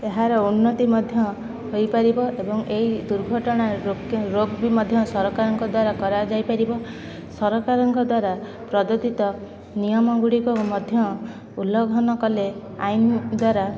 ଏହାର ଉନ୍ନତି ମଧ୍ୟ ହୋଇପାରିବ ଏବଂ ଏଇ ଦୁର୍ଘଟଣା ରୋକ ବି ମଧ୍ୟ ସରକାରଙ୍କ ଦ୍ଵାରା କରାଯାଇପାରିବ ସରକାରଙ୍କ ଦ୍ଵାରା ପ୍ରଦତ୍ତିତ ନିୟମ ଗୁଡ଼ିକ ମଧ୍ୟ ଉଲଂଘନ କଲେ ଆଇନ ଦ୍ଵାରା